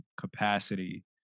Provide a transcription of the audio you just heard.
capacity